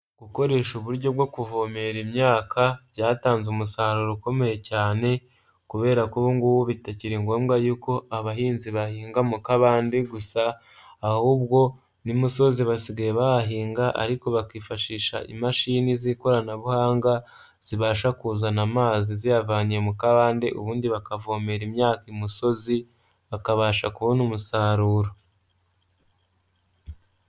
Gukoresha uburyo bwo kuvomera imyaka, byatanze umusaruro ukomeye cyane, kubera ko ubu ngubu bitakiri ngombwa yuko abahinzi bahinga mu kabande gusa, ahubwo n'imusozi basigaye bahahinga, ariko bakifashisha imashini z'ikoranabuhanga, zibasha kuzana amazi ziyavanye mu kabande, ubundi bakavomera imyaka imusozi, bakabasha kubona umusaruro.